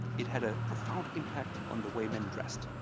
it had a profound impact on the way men dressed.